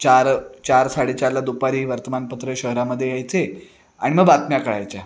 चार चार साडेचारला दुपारी वर्तमानपत्र शहरामध्ये यायचे आणि मग बातम्या कळायच्या